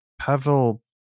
Pavel